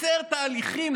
לקצר תהליכים,